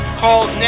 called